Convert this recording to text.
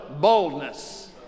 boldness